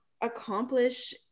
accomplish